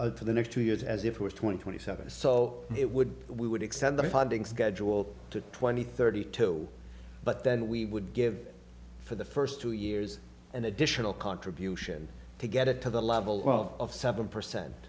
job for the next two years as if it were twenty twenty seven so it would we would extend the funding schedule to twenty thirty two but then we would give for the first two years an additional contribution to get it to the level of seven percent